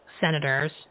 senators